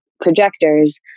projectors